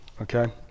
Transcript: Okay